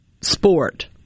sport